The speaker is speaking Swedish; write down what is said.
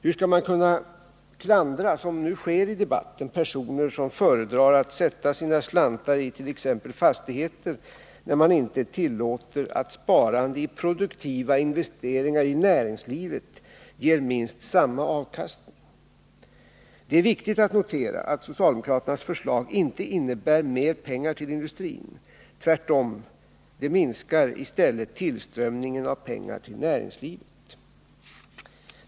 Hur skall man, som nu sker i debatten, kunna klandra de personer som föredrar att sätta sina slantar i t.ex. fastigheter, när man inte tillåter att sparande i produktiva investeringar i näringslivet ger minst samma avkastning? Det är viktigt att notera att socialdemokraternas förslag inte innebär mer pengar till industrin. Tvärtom, det minskar i stället tillströmningen av pengar till näringslivet.